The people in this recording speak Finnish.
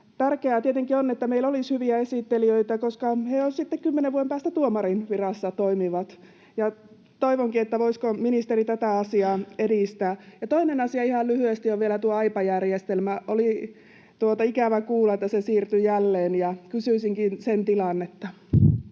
tietenkin on, että meillä olisi hyviä esittelijöitä, koska he toimivat sitten kymmenen vuoden päästä tuomarin virassa. Toivonkin, että voisiko ministeri tätä asiaa edistää. Toinen asia, ihan lyhyesti, on vielä tuo Aipa-järjestelmä. Oli ikävä kuulla, että se siirtyi jälleen, ja kysyisinkin sen tilannetta.